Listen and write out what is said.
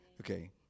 Okay